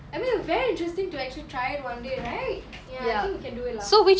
I mean very interesting to actually try it one day right I think you can do it lah